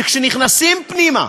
כשנכנסים פנימה,